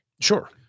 Sure